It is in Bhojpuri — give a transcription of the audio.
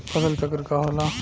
फसल चक्र का होला?